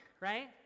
right